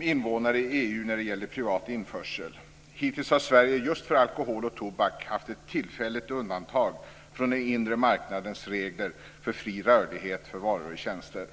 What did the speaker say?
invånare i EU när det gäller privat införsel. Hittills har Sverige just för alkohol och tobak haft ett tillfälligt undantag från den inre marknadens regler för fri rörlighet för varor och tjänster.